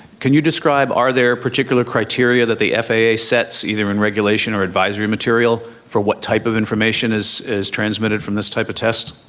can you describe, are there particular criteria that the faa sets either in regulation or advisory material for what type of information is is transmitted from this type of test?